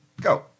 go